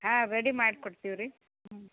ಹಾಂ ರೆಡಿ ಮಾಡಿ ಕೊಡ್ತೀವಿ ರೀ ಹ್ಞೂ